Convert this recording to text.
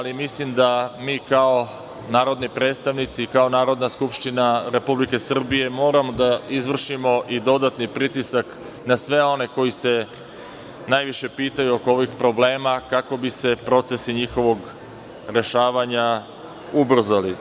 Mislim da mi, kao narodni predstavnici i kao Narodna skupština Republike Srbije, moramo da izvršimo i dodatni pritisak na sve one koji se najviše pitaju oko ovih problema kako bi se procesi njihovog rešavanja ubrzali.